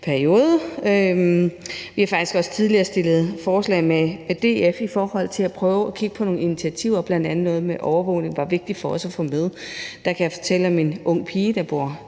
periode. Vi har faktisk også tidligere stillet forslag med DF i forhold til at prøve at kigge på nogle initiativer, bl.a. noget med, at overvågning var vigtig for os at få med. Der kan jeg fortælle om en ung pige, der bor